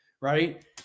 right